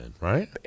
right